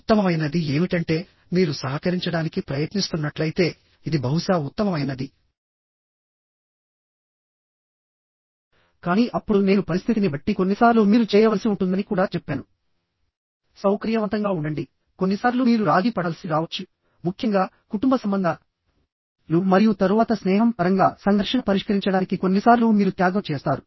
ఉత్తమమైనది ఏమిటంటే మీరు సహకరించడానికి ప్రయత్నిస్తున్నట్లయితేఇది బహుశా ఉత్తమమైనది కానీ అప్పుడు నేను పరిస్థితిని బట్టి కొన్నిసార్లు మీరు చేయవలసి ఉంటుందని కూడా చెప్పాను సౌకర్యవంతంగా ఉండండి కొన్నిసార్లు మీరు రాజీ పడాల్సి రావచ్చు ముఖ్యంగా కుటుంబ సంబంధాలు మరియు తరువాత స్నేహం పరంగా సంఘర్షణ పరిష్కరించడానికి కొన్నిసార్లు మీరు త్యాగం చేస్తారు